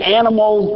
animal